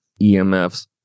EMFs